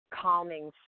calming